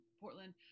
portland